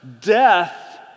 Death